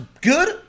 good